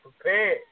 prepared